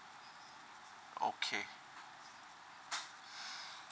okay